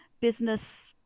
business